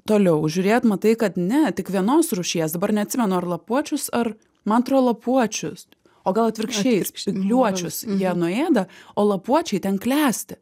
toliau žiūrėt matai kad ne tik vienos rūšies dabar neatsimenu ar lapuočius ar mantrų lapuočius o gal atvirkščiai spygliuočius jie nuėda o lapuočiai ten klesti